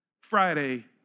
Friday